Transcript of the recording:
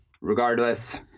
regardless